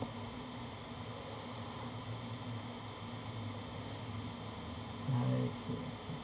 I see I see